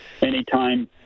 anytime